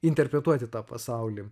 interpretuoti tą pasaulį